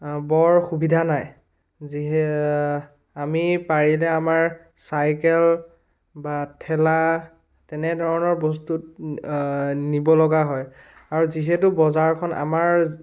বৰ সুবিধা নাই যিহে আমি পাৰিলে আমাৰ চাইকেল বা ঠেলা তেনেধৰণৰ বস্তুত নিব লগা হয় আৰু যিহেতু বজাৰ খন আমাৰ